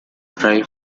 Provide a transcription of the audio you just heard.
dry